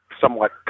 Somewhat